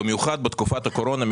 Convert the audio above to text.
במיוחד בתקופת הקורונה,